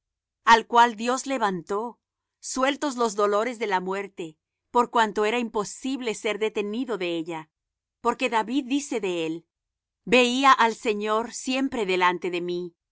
al cual dios levantó sueltos los dolores de la muerte por cuanto era imposible ser detenido de ella porque david dice de él veía al señor siempre delante de mí